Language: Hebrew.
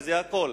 וזה הכול.